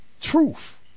truth